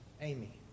Amy